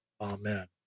Amen